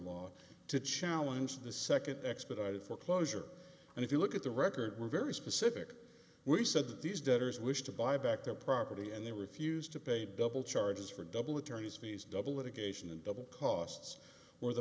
law to challenge the second expedited foreclosure and if you look at the record we're very specific we said that these debtors wish to buy back their property and they refused to pay double charges for double attorneys fees double litigation and double costs where the